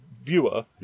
viewer